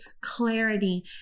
clarity